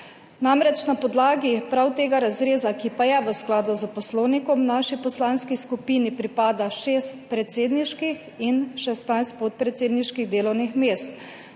Namreč, na podlagi prav tega razreza, ki pa je v skladu s poslovnikom, naši poslanski skupini pripada šest predsedniških in 16 podpredsedniških delovnih mest.